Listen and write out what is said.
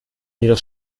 ihres